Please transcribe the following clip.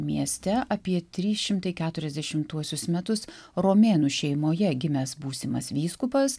mieste apie trys šimtai keturiasdešimtuosius metus romėnų šeimoje gimęs būsimas vyskupas